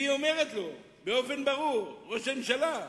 והיא אומרת לו באופן ברור: ראש הממשלה,